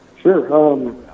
Sure